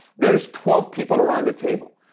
there's twelve people around the table.